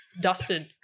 dusted